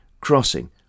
crossing